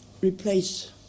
replace